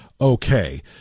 okay